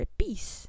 peace